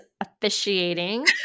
officiating